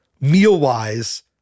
meal-wise